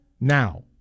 now